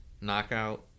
Knockout